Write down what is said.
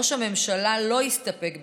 ראש הממשלה לא הסתפק בכך,